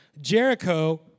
Jericho